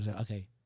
okay